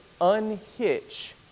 unhitch